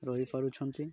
ରହିପାରୁଛନ୍ତି